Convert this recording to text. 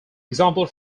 example